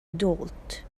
adult